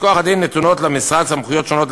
מכוח הדין נתונות למשרד סמכויות שונות,